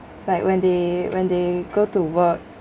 like when they when they go to work